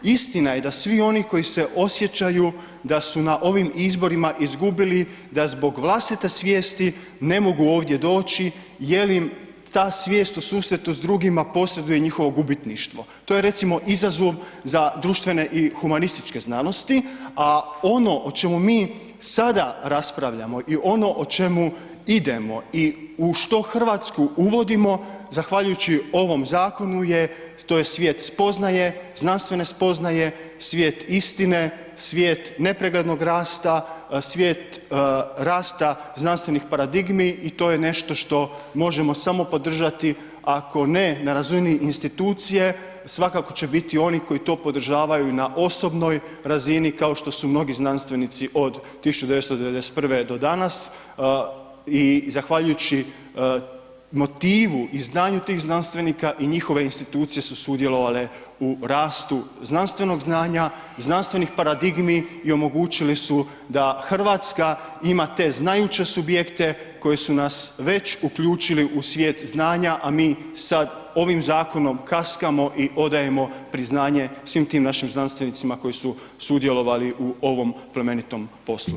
Istina je da svi oni koji se osjećaju da su na ovim izborima izgubili, da zbog vlastite svijesti ne mogu ovdje doći jel im ta svijest u susretu s drugima posreduje njihovo gubitništvo, to je recimo izazov za društvene i humanističke znanosti, a ono o čemu mi sada raspravljamo i ono o čemu idemo i u što RH uvodimo zahvaljujući ovom zakonu je, to je svijet spoznaje, znanstvene spoznaje, svijet istine, svijet nepreglednog rasta, svijet rasta znanstvenih paradigmi i to je nešto što možemo samo podržati, ako ne na razini institucije, svakako će biti i onih koji to podržavaju i na osobnoj razini, kao što su i mnogi znanstvenici od 1991. do danas i zahvaljujući motivu i znanju tih znanstvenika i njihove institucije su sudjelovale u rastu znanstvenog znanja, znanstvenih paradigmi i omogućili su da RH ima te znajuće subjekte koji su nas već uključili u svijet znanja, a mi sad ovim zakonom kaskamo i odajemo priznanje svim tim našim znanstvenicima koji su sudjelovali u ovom plemenitom poslu.